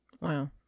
Wow